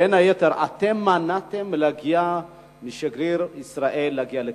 בין היתר אתם מנעתם משגריר ישראל להגיע לכינוס.